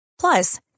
Plus